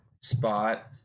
spot